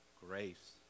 grace